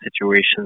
situations